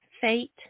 fate